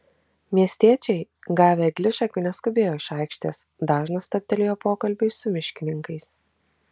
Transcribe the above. miestiečiai gavę eglišakių neskubėjo iš aikštės dažnas stabtelėjo pokalbiui su miškininkais